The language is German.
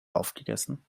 aufgegessen